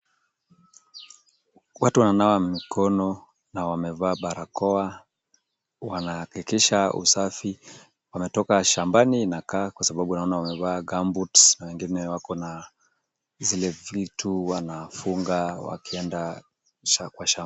Watu wananawa mikona na wamevaa barakoa, wanahakikisha usafi. Wametoka shambani inakaa kwa sababu naona wamevaa gumboots na wengine wakona vile vitu wanafunga wakienda shakwashakwa .